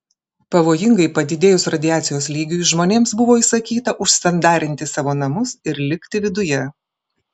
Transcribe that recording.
pavojingai padidėjus radiacijos lygiui žmonėms buvo įsakyta užsandarinti savo namus ir likti viduje